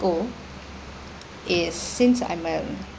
goal is since I'm a